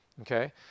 Okay